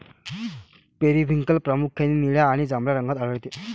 periwinkle प्रामुख्याने निळ्या आणि जांभळ्या रंगात आढळते